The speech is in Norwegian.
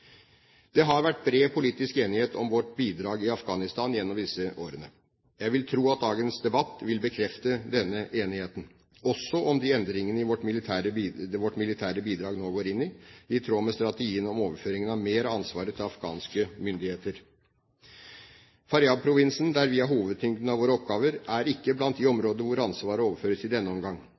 Det har vært bred politisk enighet om vårt bidrag i Afghanistan gjennom disse årene. Jeg vil tro at dagens debatt vil bekrefte denne enigheten, også om de endringene vårt militære bidrag nå går inn i, i tråd med strategien om overføring av mer ansvar til afghanske myndigheter. Faryab-provinsen, der vi har hovedtyngden av våre oppgaver, er ikke blant de områder hvor ansvaret overføres i denne omgang.